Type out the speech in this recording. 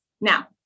Now